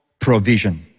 provision